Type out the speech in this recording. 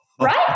Right